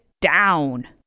down